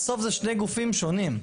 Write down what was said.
בסוף זה שני גופים שונים,